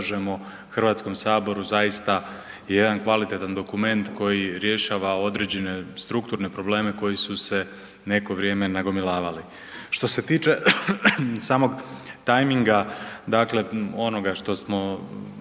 predlažemo HS zaista je jedan kvalitetan dokument koji rješava određene strukturne probleme koji su se neko vrijeme nagomilavali. Što se tiče samog tajminga, dakle onoga što smo